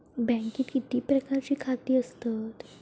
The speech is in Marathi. बँकेत किती प्रकारची खाती असतत?